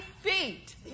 feet